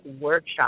Workshop